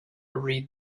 read